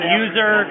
user